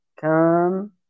come